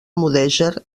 mudèjar